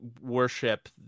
worship